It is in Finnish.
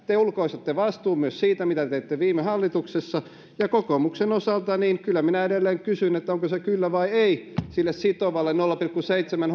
te ulkoistatte vastuun myös siitä mitä te te teitte viime hallituksessa ja kokoomuksen osalta minä kyllä edelleen kysyn onko se kyllä vai ei sille sitovalle nolla pilkku seitsemän